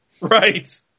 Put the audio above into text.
Right